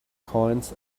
coins